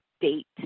date